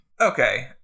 Okay